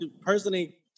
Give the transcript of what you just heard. personally